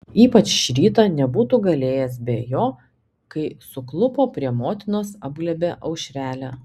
ypač šį rytą nebūtų galėjęs be jo kai suklupo prie motinos apglėbė aušrelę